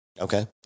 Okay